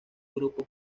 grupo